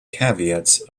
caveats